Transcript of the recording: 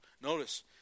Notice